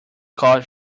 called